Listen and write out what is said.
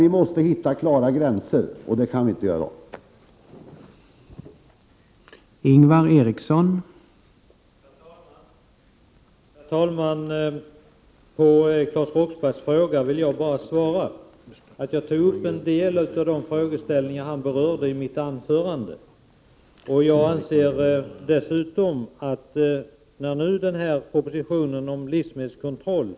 Vi måste hitta klara gränser, och det kan vi inte göra i dag.